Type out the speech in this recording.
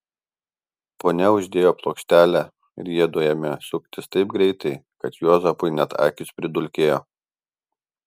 ponia uždėjo plokštelę ir jiedu ėmė suktis taip greitai kad juozapui net akys pridulkėjo